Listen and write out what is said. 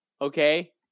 Okay